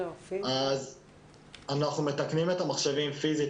אנחנו מתקנים את המחשבים פיזית.